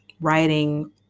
writing